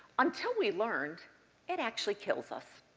until we learned it actually kills us.